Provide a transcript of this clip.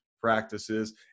practices